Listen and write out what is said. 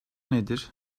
nedir